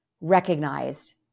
recognized